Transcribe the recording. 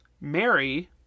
Mary